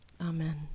Amen